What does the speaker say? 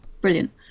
brilliant